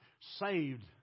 saved